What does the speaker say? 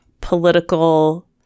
political